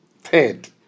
third